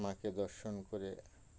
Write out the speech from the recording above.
মাকে দর্শন করে